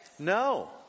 No